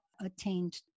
attained